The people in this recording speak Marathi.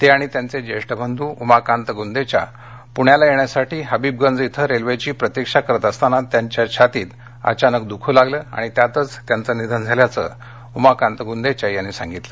ते आणि त्यांचे ज्येष्ठ बंधू उमाकांत गुंदेचा पुण्याला येण्यासाठी हबीबगंज इथं रेल्वेची प्रतीक्षा करत असताना त्यांच्या छातीत अचानक दुखू लागलं आणि त्यातच त्यांचं निधन झाल्याचं उमाकांत गुंदेचा यांनी सांगितलं